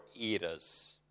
eras